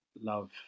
love